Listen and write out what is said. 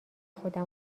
خودم